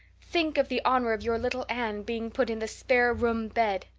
think of the honor of your little anne being put in the spare-room bed.